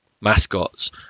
mascots